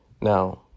Now